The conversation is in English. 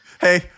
Hey